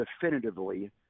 definitively